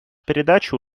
передача